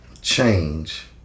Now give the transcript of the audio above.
change